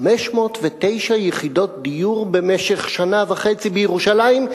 509 יחידות דיור במשך שנה וחצי בירושלים,